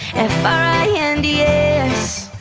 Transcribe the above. f r i e n d s